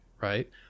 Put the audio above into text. right